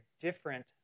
different